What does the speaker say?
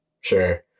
Sure